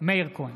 מאיר כהן,